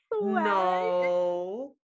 no